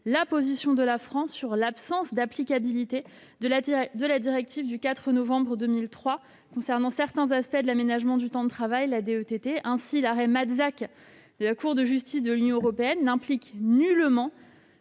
la position de la France sur l'absence d'applicabilité de la directive du 4 novembre 2003 concernant certains aspects de l'aménagement du temps de travail, dite DETT. Ainsi l'arrêt de la Cour de justice de l'Union européenne n'implique-t-il nullement